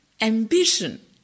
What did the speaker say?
ambition